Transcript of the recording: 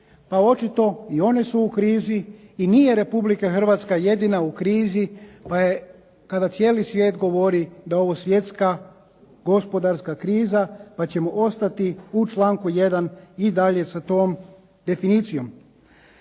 a očito i one su u krizi i nije Republika Hrvatska jedina i krizi kada cijeli svijet govori da je ovo svjetska gospodarska kriza pa ćemo ostati u članku 1. i dalje sa tom definicijom.